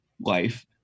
life